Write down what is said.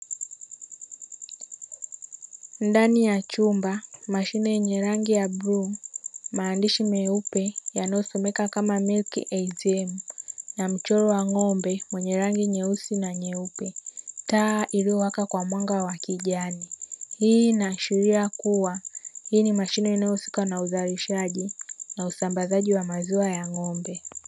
Ndani ya chumba mashine yenye rangi ya bluu maandishi meupe yanayosomeka kama “MILK ATM” na mchoro wa ng'ombe wenye rangi nyeusi na nyeupe. Taa iliyowaka rangi ya kijani hii inaashiria kuwa hii ni mashine inayohusika na uzalishaji na usambazaji wa maziwa ya ng'ombe.